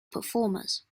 performers